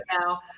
now